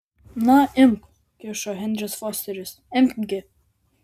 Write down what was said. na imk kišo henris fosteris imk gi